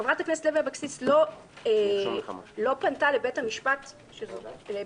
חברת הכנסת לוי אבקסיס לא פנתה לבית המשפט בעקבות